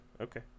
Okay